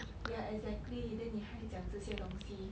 exactly then 你还讲这些东西